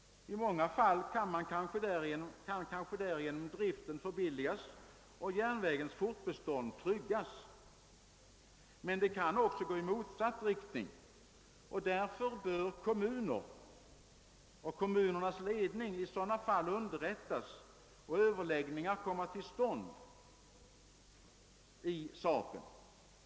I många fall kan kanske därigenom driften förbilligas och järnvägens fortbestånd tryggas. Men en sådan nedläggning kan också verka i motsatt riktning. Därför bör kommunerna och kommunernas ledning i sådana fall underrättas och överläggningar om saken komma till stånd.